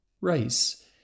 Race